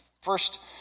first